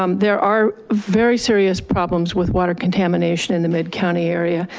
um there are very serious problems with water contamination in the mid county area.